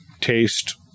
taste